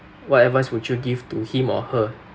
what advice would you give to him or her